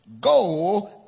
Go